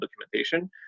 documentation